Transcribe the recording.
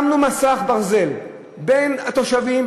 שמנו מסך ברזל בין התושבים,